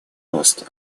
просто